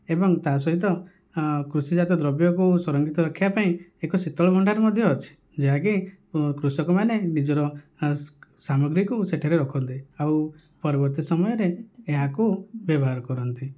ଏବଂ ତାହା ସହିତ କୃଷି ଜାତୀୟ ଦ୍ରବ୍ୟକୁ ସଂରକ୍ଷିତ ରଖିବା ପାଇଁ ଏକ ଶୀତଳ ଭଣ୍ଡାର ମଧ୍ୟ ଅଛି ଯାହାକି କୃଷକ ମାନେ ନିଜର ସାମଗ୍ରୀକୁ ସେଠାରେ ରଖନ୍ତି ଆଉ ପରବର୍ତ୍ତୀ ସମୟରେ ଏହାକୁ ବ୍ୟବହାର କରନ୍ତି